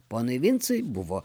ponui vincui buvo